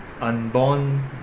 unborn